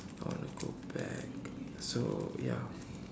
I want to go back so ya